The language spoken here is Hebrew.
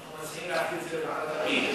מציעים להעביר את זה לוועדת הפנים.